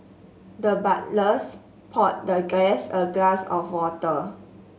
the butlers poured the guest a glass of water